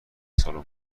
سالن